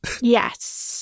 Yes